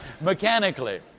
mechanically